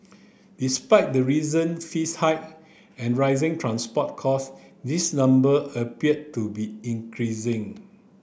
despite the recent fees hike and rising transport cost this number appear to be increasing